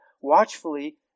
watchfully